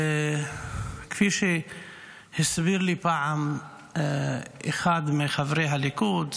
כפי שהסביר לי פעם אחד מחברי הליכוד,